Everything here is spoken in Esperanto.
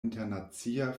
internacia